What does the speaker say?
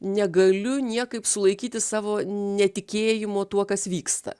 negaliu niekaip sulaikyti savo netikėjimo tuo kas vyksta